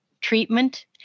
treatment